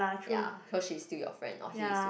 ya cause she's still your friend or he is your